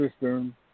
system